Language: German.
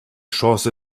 chance